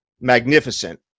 magnificent